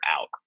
out